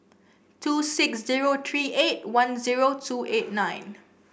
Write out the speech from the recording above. two six zero three eight one zero two eight nine